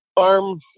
Farm